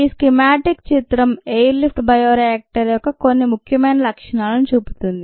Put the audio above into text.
ఈ స్కీమాటిక్ చిత్రం air lift bioreactor యొక్క కొన్ని ముఖ్యమైన లక్షణాలను చూపుతుంది